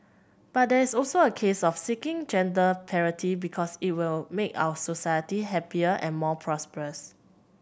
but there is also a case of seeking gender parity because it will make our society happier and more prosperous